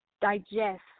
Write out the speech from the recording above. digest